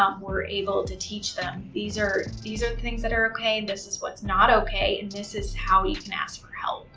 um we're able to teach them these are these are the things that are okay and this is what's not okay and this is how you can ask for help.